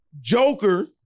Joker